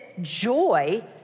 joy